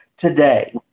today